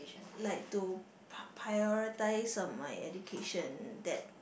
like to p~ prioritize my education that